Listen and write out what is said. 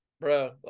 bro